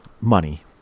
money